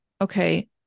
okay